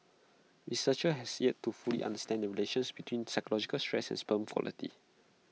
researchers has yet to fully understand the relationship between psychological stress and sperm quality